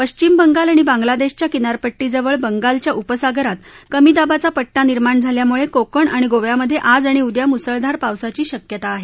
पश्विम बंगाल आणि बांग्लादेशच्या किनारपडीजवळ बंगालच्या उपसागरात कमी दाबाचा पट्टा निर्माण झाल्यामुळे कोकण आणि गोव्यामधे आज आणि उद्या मुसळधार पावसाची शक्यता आहे